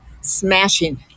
Smashing